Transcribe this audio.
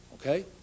Okay